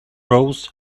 rose